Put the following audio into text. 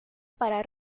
para